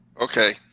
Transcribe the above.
Okay